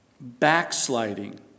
Backsliding